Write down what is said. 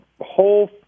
whole